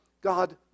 God